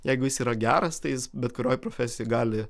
jeigu jis yra geras tai jis bet kurioj profesijoj gali